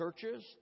churches